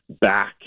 back